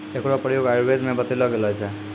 एकरो प्रयोग आयुर्वेद म बतैलो गेलो छै